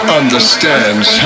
understands